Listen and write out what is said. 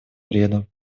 вреда